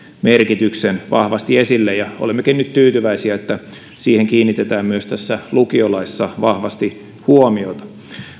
merkityksen vahvasti esille olemmekin nyt tyytyväisiä että siihen kiinnitetään myös tässä lukiolaissa vahvasti huomiota